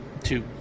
two